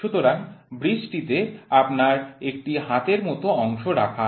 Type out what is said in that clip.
সুতরাং ব্রিজটিতে আপনার একটি হাতের মত অংশ রাখা আছে